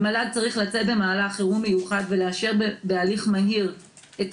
מל"ג צריך לאשר במהלך חירום מיוחד ולאשר בהליך מהיר את